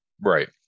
right